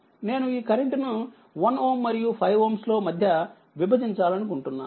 నేను ఈ కరెంట్ ను 1Ωమరియు5Ωలో మధ్య విభజించాలనుకుంటున్నాను